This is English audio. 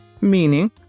meaning